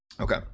Okay